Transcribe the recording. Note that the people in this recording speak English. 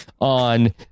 on